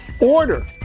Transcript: order